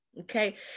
okay